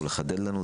או לחדד לנו,